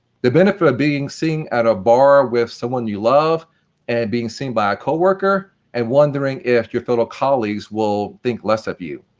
the benefit of being seen at a bar with someone you love and being seen by a co-worker and wondering if your fellow colleagues will think less of you.